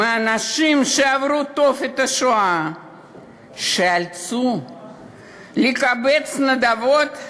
אנשים שעברו את תופת השואה, שייאלצו לקבץ נדבות?